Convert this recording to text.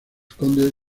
condes